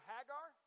Hagar